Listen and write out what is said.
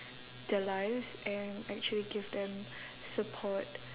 their lives and actually give them support